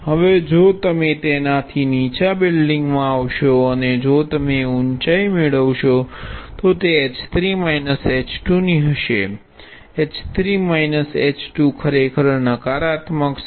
હવે જો તમે તેનાથી નીચા બિલ્ડિંગમાં આવશો અને જો તમે ઉંચાઈ મેળવશો તો તે h3 h2 ની હશે h3 h2 ખરેખર નકારાત્મક છે